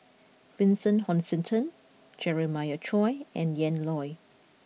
Vincent Hoisington Jeremiah Choy and Ian Loy